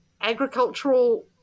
agricultural